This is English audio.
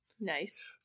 Nice